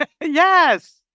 Yes